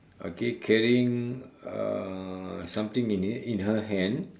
okay carrying uh something in it in her hand